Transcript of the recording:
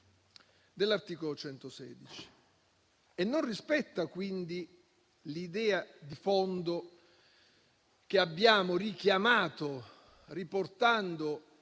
dell'articolo 116, e non rispetta quindi l'idea di fondo che abbiamo richiamato riportando